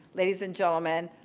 ladies and gentlemen,